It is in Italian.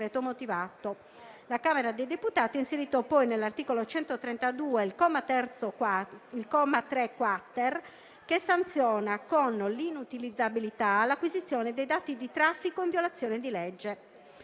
La Camera dei deputati ha inserito poi, nell'articolo 132, il comma 3-*quater* che sanziona con l'inutilizzabilità l'acquisizione dei dati di traffico in violazione di legge.